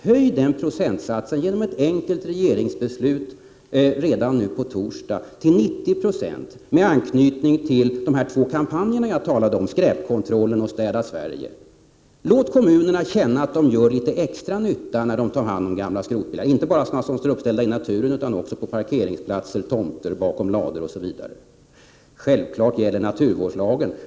Höj den procentsatsen 85 genom ett enkelt regeringsbeslut redan nu på torsdag till 90 96, med anknytning till de två kampanjer jag här talade om, Skräpkontrollen och Städa Sverige. Låt kommunerna känna att de gör litet extra nytta när de tar hand om gamla skrotbilar, inte bara sådana som står uppställda ute i naturen utan också sådana som står på parkeringsplatser, på tomter och bakom lador. Självfallet gäller naturvårdslagen.